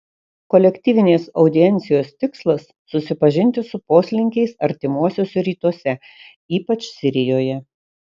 kolektyvinės audiencijos tikslas susipažinti su poslinkiais artimuosiuose rytuose ypač sirijoje